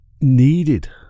needed